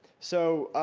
so,